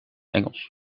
engels